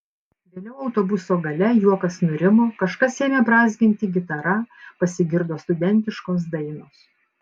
vėliau autobuso gale juokas nurimo kažkas ėmė brązginti gitara pasigirdo studentiškos dainos